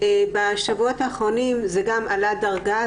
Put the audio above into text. בשבועות האחרונים זה עלה דרגה.